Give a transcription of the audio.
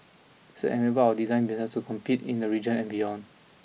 this enable our design businesses to compete in the region and beyond